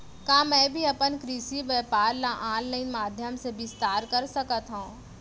का मैं भी अपन कृषि व्यापार ल ऑनलाइन माधयम से विस्तार कर सकत हो?